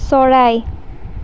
চৰাই